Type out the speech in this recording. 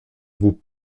beau